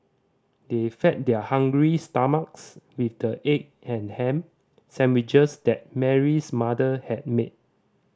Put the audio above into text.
they fed their hungry stomachs with the egg and ham sandwiches that Mary's mother had made